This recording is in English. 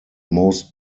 most